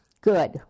Good